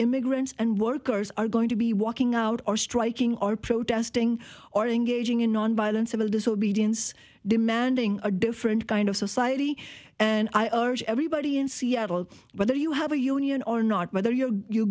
immigrants and workers are going to be walking out or striking or protesting or engaging in nonviolent civil disobedience demanding a different kind of society and i urge everybody in seattle whether you have a union or not whether you're you